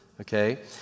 okay